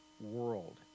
world